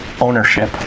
Ownership